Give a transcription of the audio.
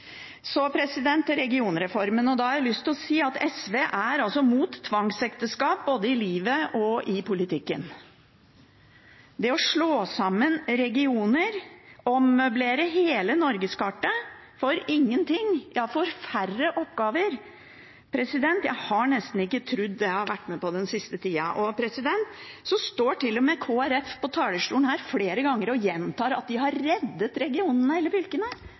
Så til regionreformen, og da har jeg lyst å si at SV er imot tvangsekteskap både i livet og i politikken. Det å slå sammen regioner og ommøblere hele norgeskartet for ingenting, faktisk for færre oppgaver – jeg har nesten ikke trodd på hva jeg har vært med på den siste tida. Kristelig Folkeparti står til og med her på talerstolen flere ganger og gjentar at de har reddet regionene eller fylkene.